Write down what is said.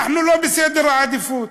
אנחנו לא בסדר העדיפויות,